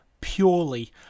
purely